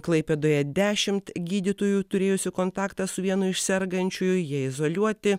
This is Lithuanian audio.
klaipėdoje dešimt gydytojų turėjusių kontaktą su vienu iš sergančiųjų jie izoliuoti